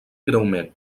greument